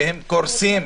שהם קורסים,